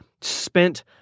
spent